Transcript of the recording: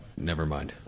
Nevermind